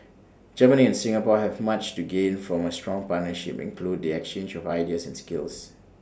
Germany and Singapore have much to gain from A strong partnership including the exchange of ideas and skills